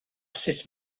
sut